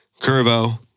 Curvo